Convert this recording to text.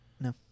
No